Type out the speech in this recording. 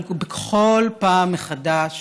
אבל בכל פעם מחדש